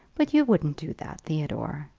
but you wouldn't do that, theodore?